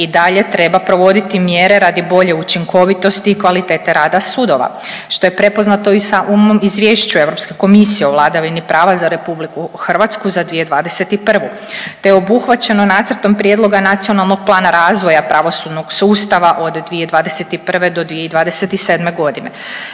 i dalje treba provoditi mjere radi bolje učinkovitosti i kvalitete rada sudova što je prepoznato i u Izvješću Europske komisije o vladavini prava za Republiku Hrvatsku za 2021., te je obuhvaćeno Nacrtom prijedloga nacionalnog plana razvoja pravosudnog sustava od 2021. do 2027. godine.